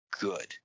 good